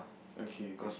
okay okay